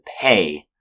pay